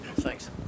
Thanks